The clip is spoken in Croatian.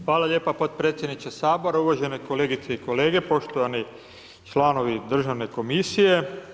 Hvala lijepa potpredsjedniče Sabora, uvažene kolegice i kolege, poštovani članovi državne komisije.